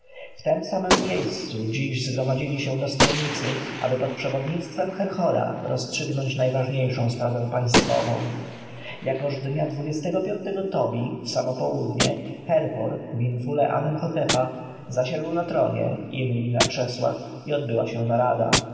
w tem samem miejscu dziś zgromadzili się dostojnicy aby pod przewodnictwem herhora rozstrzygnąć najważniejszą sprawę państwową jakoż dnia dwudziestego piątego tobie w samo południe herhor w infule amenhotepa zasiadł na tronie inni na krzesłach i odbyła się narada